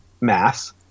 mass